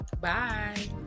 Bye